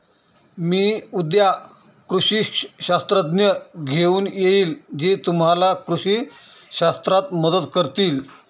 मी उद्या कृषी शास्त्रज्ञ घेऊन येईन जे तुम्हाला कृषी शास्त्रात मदत करतील